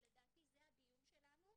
ולדעתי זה הדיון שלנו,